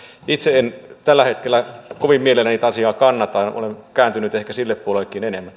itse en tällä hetkellä kovin mielelläni tätä asiaa kannata olen kääntynyt ehkä sille puolellekin enemmän